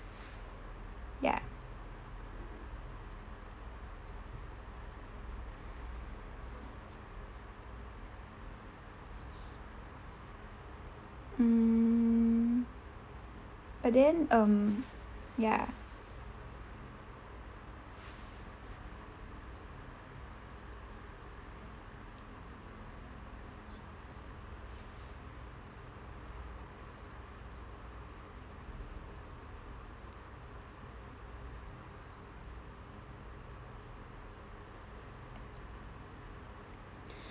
ya mm but then um ya